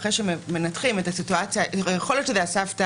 אחרי שמנתחים את הסיטואציה יכול להיות שזה יעשה הפתעה,